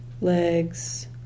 legs